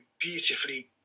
beautifully